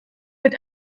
wird